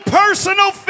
personal